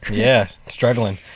yeah, struggling.